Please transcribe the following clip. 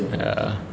ya